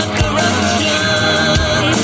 corruption